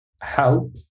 help